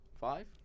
five